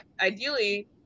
ideally